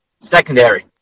Secondary